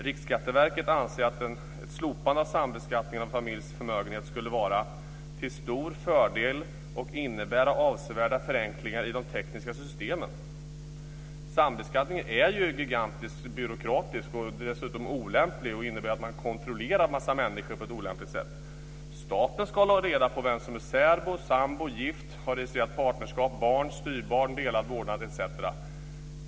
Riksskatteverket anser att ett slopande av sambeskattningen av en familjs förmögenhet skulle vara till stor fördel och innebära avsevärda förenklingar i de tekniska systemen. Sambeskattning är gigantiskt byråkratiskt och dessutom olämplig. Den innebär att man kontrollerar en mängd människor på ett olämpligt sätt. Staten ska hålla reda på vem som är särbo, sambo, gift, har registrerat partnerskap, har barn, har styvbarn, har delad vårdnad, etc.